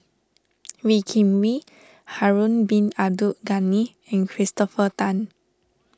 Wee Kim Wee Harun Bin Abdul Ghani and Christopher Tan